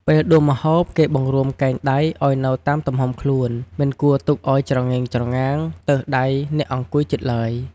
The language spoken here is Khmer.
ពេលដួសម្ហូប គេបង្រួមកែងដៃឲ្យនៅតាមទំហំខ្លួន មិនគួរទុកឲ្យច្រងេងច្រងាង ទើសដៃអ្នកអង្គុយជិតឡើយ។